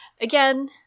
again